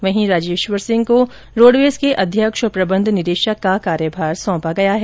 वहीं राजेश्वर सिंह को रोडवेज के अध्यक्ष और प्रबन्ध निदेशक का कार्यभार सौंपा गया है